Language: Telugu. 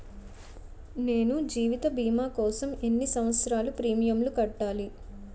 నేను జీవిత భీమా కోసం ఎన్ని సంవత్సారాలు ప్రీమియంలు కట్టాలి?